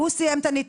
אני אעשה את זה.